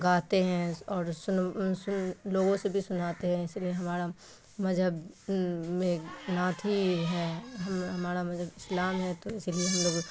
گاتے ہیں اور سن سن لوگوں سے بھی سناتے ہیں اسی لیے ہمارا مذہب میں نعت ہی ہے ہم ہمارا مذہب اسلام ہے تو اسی لیے ہم لوگ